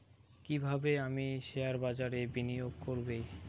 কিভাবে আমি শেয়ারবাজারে বিনিয়োগ করবে?